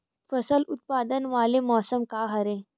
फसल उत्पादन वाले मौसम का हरे?